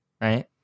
right